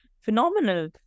phenomenal